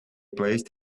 placed